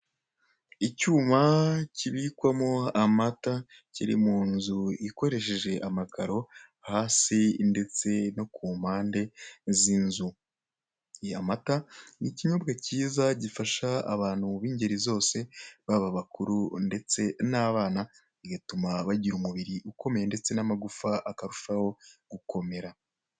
Icyuma kibikwamo amata kiri munzu ikoresheje amakaro hasi ndetse no kumpande z'inzu, amata ni ikinyobwa kiza gifasha abantu b'ingeri zose baba abakuru ndetse n'abana bigatuma bagira umubiri ukomeye ndetse n'amagufwa akarushaho gukomera.